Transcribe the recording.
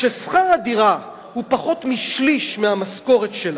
כששכר הדירה הוא פחות משליש מהמשכורת שלה,